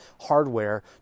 hardware